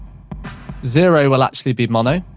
zero will actually be mono.